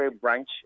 branch